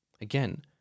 Again